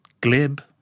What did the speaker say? glib